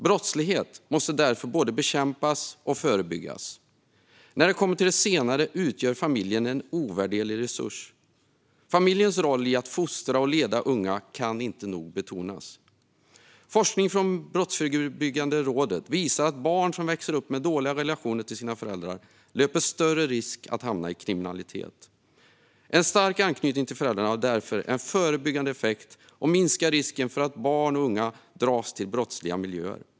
Brottslighet måste därför både bekämpas och förebyggas. När det kommer till det senare utgör familjen en ovärderlig resurs. Familjens roll i att fostra och leda de unga kan inte nog betonas. Forskning från Brottsförebyggande rådet visar att barn som växer upp med dåliga relationer till sina föräldrar löper större risk att hamna i kriminalitet. En stark anknytning till föräldrarna har därför en förebyggande effekt och minskar risken för att barn och unga dras till brottsliga miljöer.